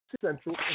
Central